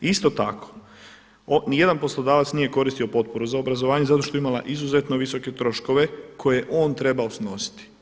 Isto tako, ni jedan poslodavac nije koristio potporu za obrazovanje zato što je imala izuzetno visoke troškove koje je on trebao snositi.